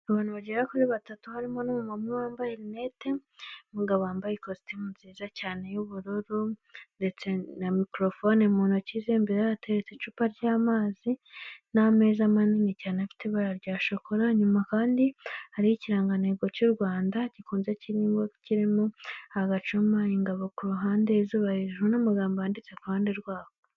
Abantu bagera kuri batatu barimo umumama umwe wambaye rinete, umugabo wambaye ikositime nziza cyane y'ubururu mdetse na mikorofone mu ntoki ze, imbere ye hateretse icupa ry'amazi n'ameza manini cyane afite ibara rya shokora, inyuma kandi hariho ikirangantego cy'u Rwanda gikunze kirimo kirimo agacuma, ingabo ku ruhande, izuba hejuru, n'amagambo yanditse ku ruhande rwaho.